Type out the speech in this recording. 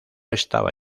estaba